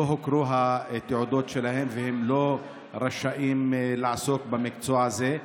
לא הוכרו התעודות שלהם והם לא רשאים לעסוק במקצוע הזה.